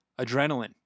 adrenaline